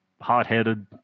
hot-headed